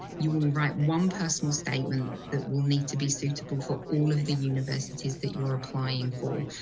you will write one personal statement that will need to be suitable for all of the universities that you're applying for.